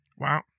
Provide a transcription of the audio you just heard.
Wow